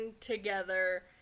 together